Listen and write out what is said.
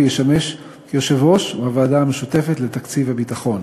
ישמש כיושב-ראש הוועדה המשותפת לתקציב הביטחון.